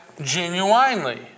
genuinely